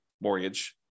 mortgage